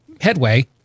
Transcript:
headway